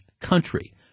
country